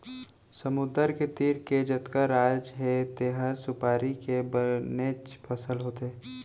समुद्दर के तीर के जतका राज हे तिहॉं सुपारी के बनेच फसल होथे